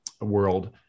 world